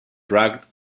rugged